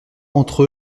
entre